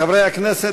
חברי הכנסת,